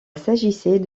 s’agissait